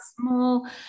small